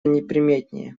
неприметнее